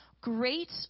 great